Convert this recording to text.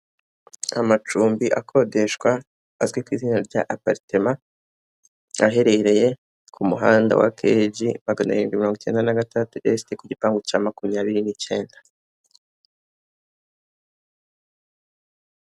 Amacumbi akodeshwa, azwi ku izina rya aparitema, aherereye ku muhanda wa keyiji magana arindwi mirongo icyenda na gatatu esite ku gipangu cya makumyabiri n'icyenda.